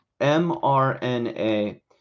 MRNA